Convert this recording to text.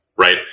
right